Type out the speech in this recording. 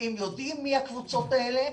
הרופאים יודעים מי הקבוצות האלה.